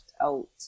out